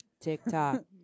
TikTok